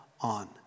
on